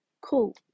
Cool